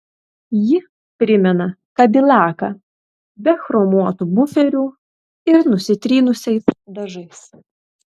ji primena kadilaką be chromuotų buferių ir nusitrynusiais dažais